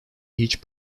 each